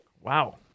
Wow